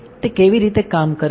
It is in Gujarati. તે કેવી રીતે કામ કરે છે